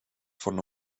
von